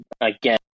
again